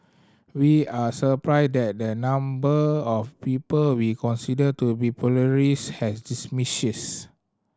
we are surprised that the number of people we consider to be pluralist has diminishes